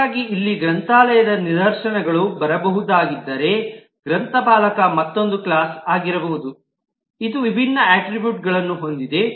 ಹಾಗಾಗಿ ಇಲ್ಲಿಗೆ ಗ್ರಂಥಾಲಯದ ನಿದರ್ಶನಗಳು ಬರಬಹುದಾಗಿದ್ದರೆ ಗ್ರಂಥಪಾಲಕ ಮತ್ತೊಂದು ಕ್ಲಾಸ್ ಆಗಿರಬಹುದು ಇದು ವಿಭಿನ್ನ ಅಟ್ರಿಬ್ಯೂಟ್ಗಳನ್ನು ಹೊಂದಿದೆ